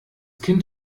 kind